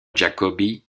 giacobbi